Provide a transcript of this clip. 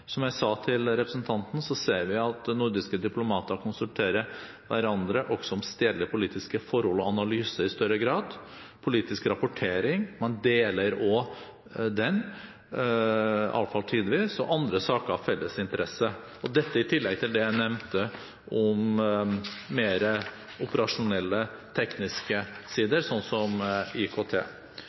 Som jeg sa til representanten, ser vi at nordiske diplomater konsulterer hverandre også om stedlige politiske forhold og analyser i større grad. Man deler også politisk rapportering, iallfall tidvis, og andre saker av felles interesse, i tillegg til det jeg nevnte om mer operasjonelle tekniske sider, slik som IKT.